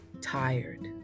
tired